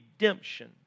redemption